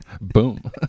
Boom